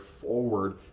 forward